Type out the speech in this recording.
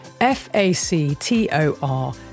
F-A-C-T-O-R